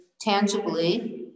tangibly